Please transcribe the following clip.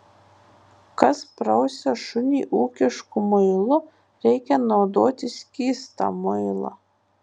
kas prausia šunį ūkišku muilu reikia naudoti skystą muilą